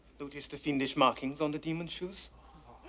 notice the fiendish markings on the demon's shoes.